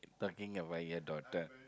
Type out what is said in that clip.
talking about your daughter